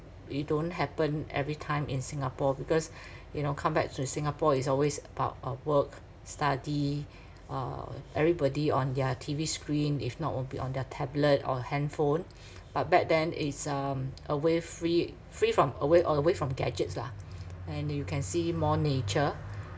it don't happen every time in Singapore because you know come back to Singapore it's always about uh work study uh everybody on their T_V screen if not will be on their tablet or handphone but back then it's um away free free from away uh away from gadgets lah and you can see more nature